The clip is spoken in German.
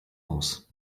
aus